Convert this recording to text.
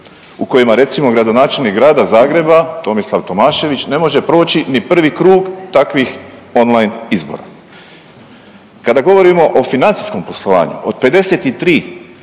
u kojima recimo gradonačelnik Grada Zagreba Tomislav Tomašević ne može proći ni prvi krug takvih online izbora. Kada govorimo o financijskom poslovanju, od 53